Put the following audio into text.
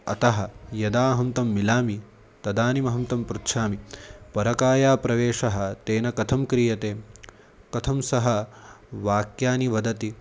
अतः यदा अहं तं मिलामि तदानीमहं तं पृच्छामि परकायाप्रवेशं तेन कथं क्रियते कथं सह वाक्यानि वदति